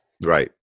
Right